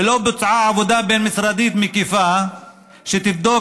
ולא בוצעה עבודה בין-משרדית מקיפה שתבדוק